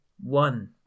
one